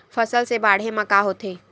फसल से बाढ़े म का होथे?